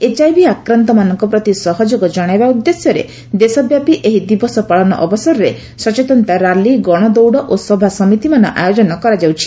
HIV ଆକ୍ରାନ୍ଡମାନଙ୍କ ପ୍ରତି ସହଯୋଗ ଜଶାଇବା ଉଦ୍ଦେଶ୍ୟରେ ଦେଶବ୍ୟାପୀ ଏହି ଦିବସ ପାଳନ ଅବସରରେ ସଚେତନତା ର୍ୟାଲି ଗଣଦୌଡ଼ ଓ ସଭାସମିତିମାନ ଆୟୋଜନ କରାଯାଉଛି